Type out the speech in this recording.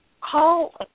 call